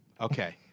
Okay